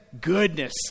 goodness